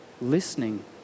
listening